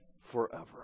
Forever